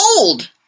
old